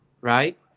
Right